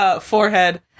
Forehead